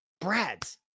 Brad's